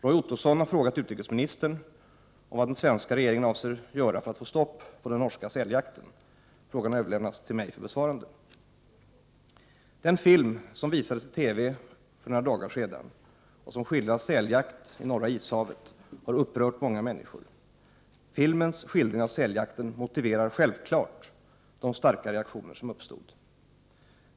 Roy Ottosson har frågat utrikesministern om vad den svenska regeringen avser göra för att få stopp på den norska säljakten. Frågan har överlämnats till mig för besvarande. Den film som visades i TV för några dagar sedan och som skildrar säljakt i Norra ishavet har upprört många människor. Filmens skildring av säljakten motiverar självklart de starka reaktioner som uppstod.